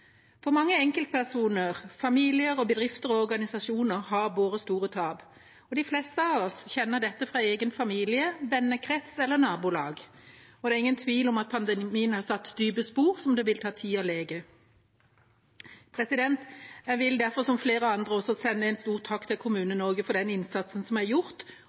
mange enkeltpersoner, familier, bedrifter og organisasjoner har båret store tap, og de fleste av oss kjenner dette fra egen familie, vennekrets eller nabolag. Det er ingen tvil om at pandemien har satt dype spor som det vil ta tid å lege. Jeg vil derfor som flere andre sende en stor takk til Kommune-Norge for den innsatsen som er gjort